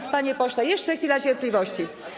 więc, panie pośle, jeszcze chwila cierpliwości.